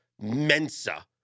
Mensa